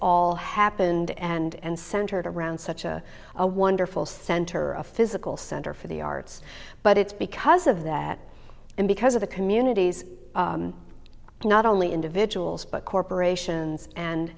all happened and centered around such a a wonderful center of physics well center for the arts but it's because of that and because of the communities not only individuals but corporations and